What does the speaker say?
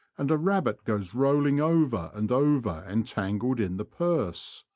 and a rabbit goes rolling over and over entangled in the purse.